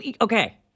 okay